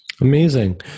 amazing